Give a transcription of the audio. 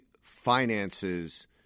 finances